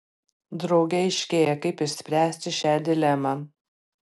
drauge aiškėja kaip išspręsti šią dilemą